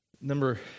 Number